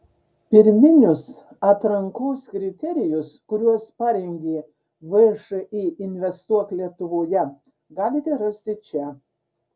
pirminius atrankos kriterijus kuriuos parengė všį investuok lietuvoje galite rasti čia